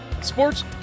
sports